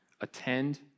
attend